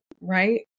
right